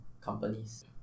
companies